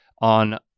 on